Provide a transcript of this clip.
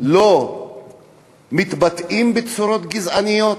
לא מתבטאים בצורות גזעניות?